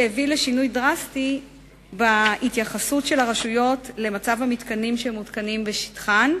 שהביא לשינוי דרסטי בהתייחסות של הרשויות למצב המתקנים שמותקנים בשטחן,